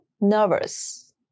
nervous